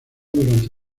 durante